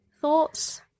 thoughts